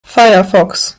firefox